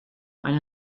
eine